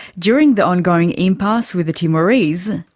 during the ongoing impasse with the timorese,